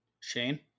Shane